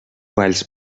valls